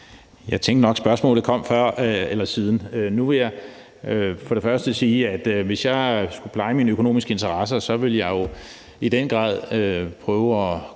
Jeg tænkte nok, at spørgsmålet ville komme før eller siden. Jeg vil først sige, at hvis jeg skulle pleje mine økonomiske interesser, ville jeg jo i den grad gå